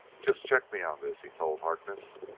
just check me on this, he told harkness.